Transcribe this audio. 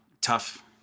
tough